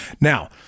Now